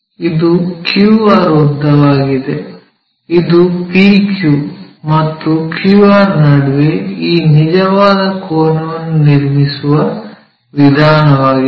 ಇದು QR ಉದ್ದವಾಗಿದೆ ಇದು PQ ಮತ್ತು QR ನಡುವೆ ಈ ನಿಜವಾದ ಕೋನವನ್ನು ನಿರ್ಮಿಸುವ ವಿಧಾನವಾಗಿದೆ